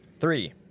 Three